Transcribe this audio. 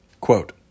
Quote